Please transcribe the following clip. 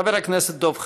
חבר הכנסת דב חנין.